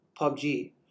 PUBG